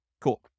Cool